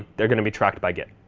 they're going to be tracked by git.